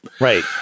right